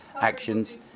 actions